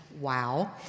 wow